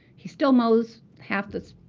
he still mows half this